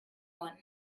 one